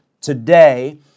today